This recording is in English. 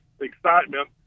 excitement